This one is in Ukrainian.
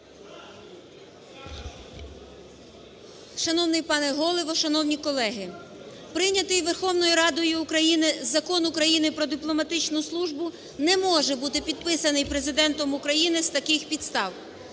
Шановний пане Голово! Шановні колеги! Прийнятий Верховною Радою України Закон України "Про дипломатичну службу" не може бути підписаний Президентом України з таких підстав.